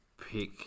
pick